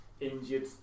injured